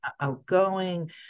outgoing